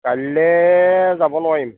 কাইলৈ যাব নোৱাৰিম